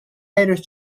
irish